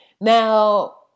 Now